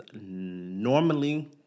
normally